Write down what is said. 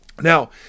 Now